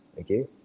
Okay